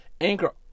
Anchor